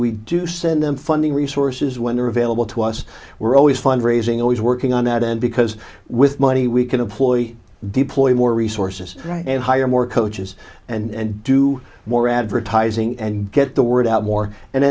we do send them funding resources when they're available to us we're always fund raising always working on that end because with money we can employ deploy more resources and hire more coaches and do more advertising and get the word out more and